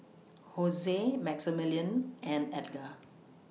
Jose Maximillian and Edgar